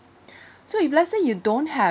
so if let's say you don't have